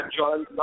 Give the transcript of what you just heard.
John